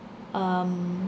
um